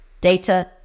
data